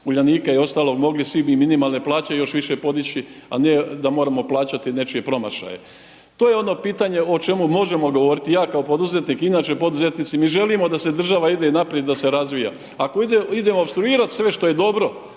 Uljanika i ostalog, mogli svima minimalne plaće još više podići a ne da moramo plaćati nečije promašaje. To je ono pitanje o čemu možemo govoriti. Ja kao poduzetnik inače poduzetnici, mi želimo da država ide naprijed i da se razvija. Ako idemo opstruirat sve što je dobro,